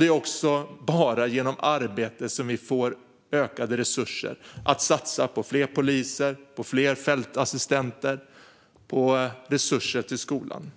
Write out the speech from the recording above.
Det är också bara genom arbete som vi får ökade resurser att satsa på fler poliser och fler fältassistenter och mer resurser till skolan.